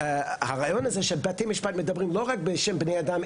והרעיון הזה שבתי משפט מדברים לא רק בשם בני האדם,